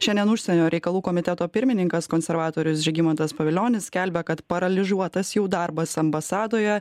šiandien užsienio reikalų komiteto pirmininkas konservatorius žygimantas pavilionis skelbė kad paralyžiuotas jau darbas ambasadoje